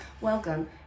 welcome